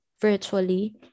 virtually